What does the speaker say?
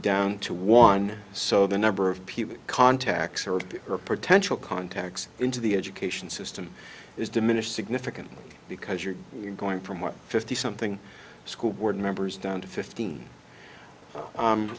down to one so the number of people contacts or or potential contacts into the education system is diminished significantly because you're going from what fifty something school board members down to fifteen